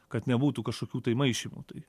kad nebūtų kažkokių tai maišymų tai